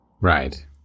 Right